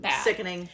sickening